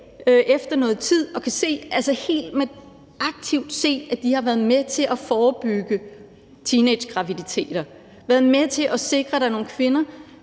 efter noget tid, kan se, altså helt aktivt se, at de har været med til at forebygge teenagegraviditeter, været med til at sikre, at der er nogle kvinder,